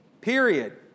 Period